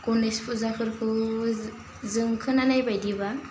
गणेश फुजाफोरखौ जों खोनानाय बायदिबा